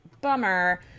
bummer